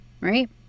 right